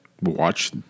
watch